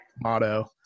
motto